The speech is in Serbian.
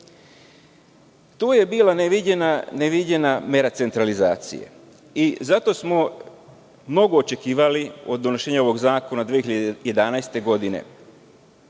To je bila neviđena mera centralizacije i zato smo mnogo očekivali od donošenja ovog zakona 2011. godine.